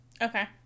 okay